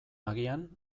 agian